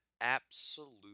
absolute